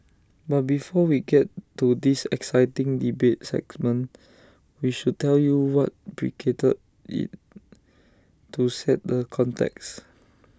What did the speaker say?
but before we get to this exciting debate segment we should tell you what preceded IT to set the context